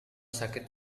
sakit